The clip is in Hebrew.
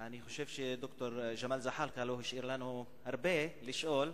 אני חושב שד"ר ג'מאל זחאלקה לא השאיר לנו הרבה לשאול,